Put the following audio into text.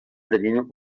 tenint